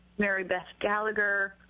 mary belt gallagher